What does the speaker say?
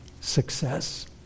success